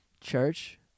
Church